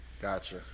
gotcha